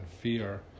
fear